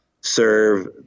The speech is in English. serve